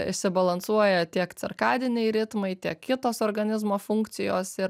išsibalansuoja tiek cirkadiniai ritmai tiek kitos organizmo funkcijos ir